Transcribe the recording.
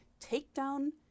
takedown